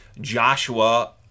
Joshua